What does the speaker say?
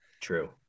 True